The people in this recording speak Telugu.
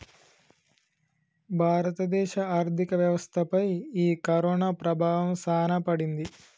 భారత దేశ ఆర్థిక వ్యవస్థ పై ఈ కరోనా ప్రభావం సాన పడింది